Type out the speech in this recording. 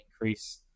increase